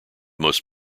most